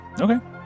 Okay